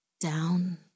Down